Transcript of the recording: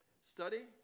Study